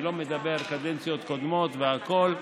אני לא מדבר על קדנציות קודמות והכול,